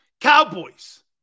Cowboys